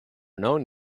known